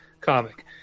comic